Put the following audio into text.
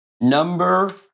Number